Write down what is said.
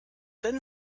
then